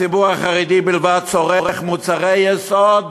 הציבור החרדי בלבד צורך מוצרי יסוד